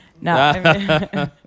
no